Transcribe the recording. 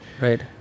Right